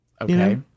Okay